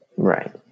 Right